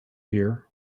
here